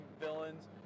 villains